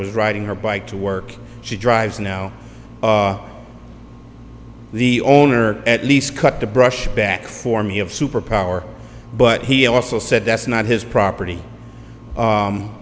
was riding her bike to work she drives now the owner at least cut the brush back for me of superpower but he also said that's not his property